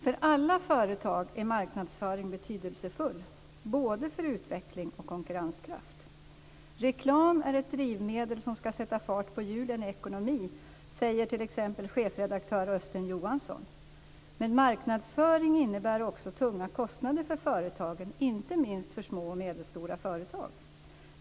För alla företag är marknadsföring betydelsefull både för utveckling och konkurrenskraft. Reklam är ett drivmedel som skall sätta fart på hjulen i ekonomin, säger t.ex. chefredaktör Östen Johansson. Men marknadsföring innebär också tunga kostnader för företagen - inte minst för små och medelstora företag.